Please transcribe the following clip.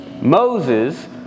Moses